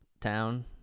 town